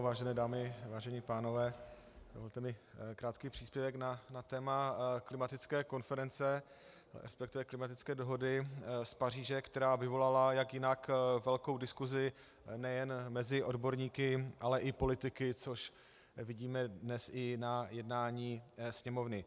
Vážené dámy, vážení pánové, dovolte mi krátký příspěvek na téma klimatické konference, respektive klimatické dohody z Paříže, která vyvolala, jak jinak, velkou diskusi nejen mezi odborníky, ale i politiky, což vidíme dnes i na jednání Sněmovny.